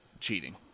cheating